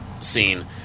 scene